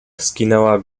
skinęła